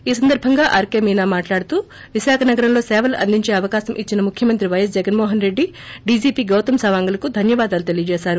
ఈ సందర్బంగా ఆర్కే మీనా మాట్లాడుతూ విశాఖ నగరంలో సేవలు అందించే అవకాశం ఇచ్చిన ముఖ్యమంత్రి వైఎస్ జగన్మోహన్రెడ్డి డీజీపీ గౌతమ్ సవాంగ్ లకు ధన్యవాదాలు తెలిపారు